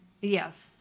Yes